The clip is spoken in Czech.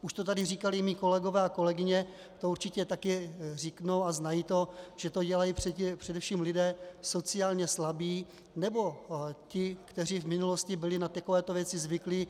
Už to tady říkali mí kolegové, a kolegyně to určitě taky řeknou a znají to, že to dělají především lidé sociálně slabí nebo ti, kteří v minulosti byli na takovéto věci zvyklí.